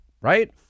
right